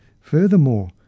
Furthermore